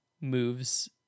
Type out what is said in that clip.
moves